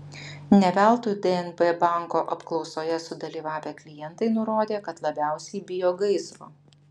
ne veltui dnb banko apklausoje sudalyvavę klientai nurodė kad labiausiai bijo gaisro